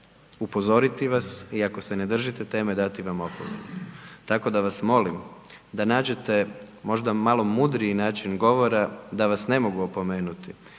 upozoriti vas i ako se ne držite teme dati vam opomenu, tako da vas molim da nađete možda malo mudriji način govora da vas ne mogu opomenuti